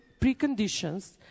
preconditions